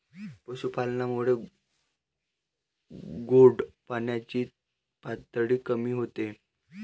पशुपालनामुळे गोड पाण्याची पातळी कमी होते